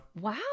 Wow